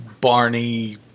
Barney